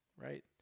right